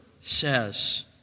says